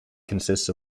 consists